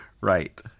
Right